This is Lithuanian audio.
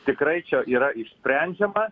tikrai čia yra išsprendžiama